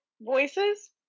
Voices